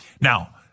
Now